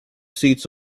seats